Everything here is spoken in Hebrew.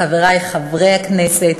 חברי חברי הכנסת,